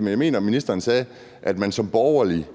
men jeg mener, at ministeren sagde, at man som borgerlig